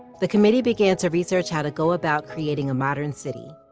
the committee began to research how to go about creating a modern city.